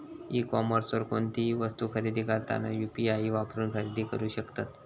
E कॉमर्सवर कोणतीही वस्तू खरेदी करताना यू.पी.आई वापरून खरेदी करू शकतत